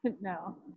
No